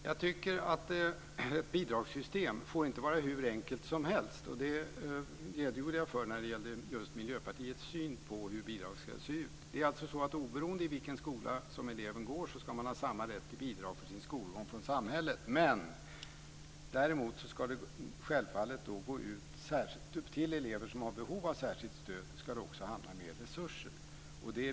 Herr talman! Ett bidragssystem får inte vara hur enkelt som helst, och det redogjorde jag för i samband med att jag redogjorde för Miljöpartiets syn på hur bidrag ska se ut. Oberoende i vilken skola som eleven går i ska man ha samma rätt till bidrag från samhälle. Däremot ska det satsas mer resurser till elever som har behov av särskilt stöd.